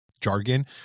jargon